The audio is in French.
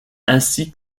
ainsi